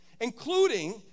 Including